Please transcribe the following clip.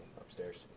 upstairs